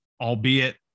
albeit